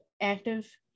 active